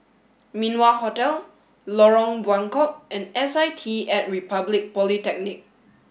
Min Wah Hotel Lorong Buangkok and S I T at Republic Polytechnic